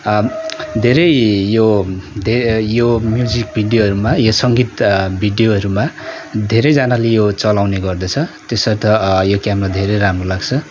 धेरै यो धेरै यो म्युजिक भिडियोहरूमा यो सङ्गीत भिडियोहरूमा धेरैजानाले यो चलाउने गर्दछ त्यसर्थ यो क्यामरा धेरै राम्रो लाग्छ